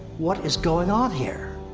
what is going on here?